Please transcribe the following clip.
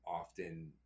Often